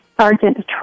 Sergeant